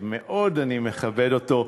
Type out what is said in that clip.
שמאוד אני מכבד אותו,